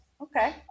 Okay